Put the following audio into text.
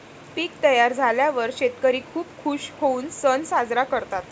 पीक तयार झाल्यावर शेतकरी खूप खूश होऊन सण साजरा करतात